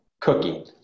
cooking